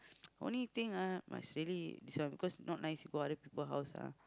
only thing ah must really this one cause not nice you go other people house ah